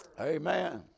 Amen